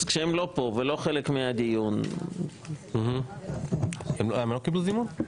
אז כשהם לא פה ולא חלק מהדיון --- הם לא קיבלו זימון?